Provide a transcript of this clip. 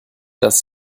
das